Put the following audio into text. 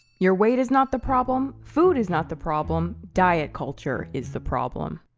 your weight is not the problem, food is not the problem, diet culture is the problem.